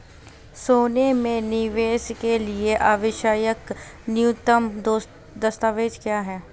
सोने में निवेश के लिए आवश्यक न्यूनतम दस्तावेज़ क्या हैं?